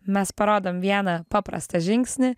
mes parodom vieną paprastą žingsnį